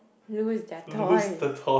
is their toy